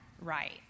right